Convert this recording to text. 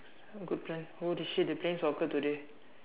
good plan holy shit they playing soccer today